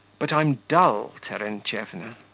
but i'm dull, terentyevna.